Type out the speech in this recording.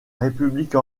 république